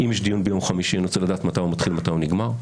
אם יש דיון ביום חמישי אני רוצה לדעת מתי הוא מתחיל ומתי הוא נגמר,